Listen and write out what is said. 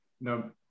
no